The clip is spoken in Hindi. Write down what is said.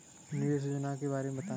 निवेश योजना के बारे में बताएँ?